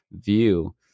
view